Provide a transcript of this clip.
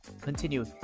continue